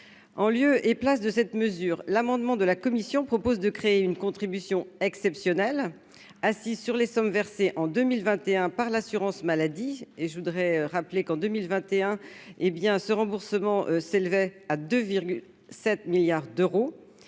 en lieu et place de cette mesure, l'amendement de la commission propose de créer une contribution exceptionnelle assis sur les sommes versées en 2021 par l'assurance maladie et je voudrais rappeler qu'en 2021 hé bien ce remboursement s'élevait à 2 7 milliards d'euros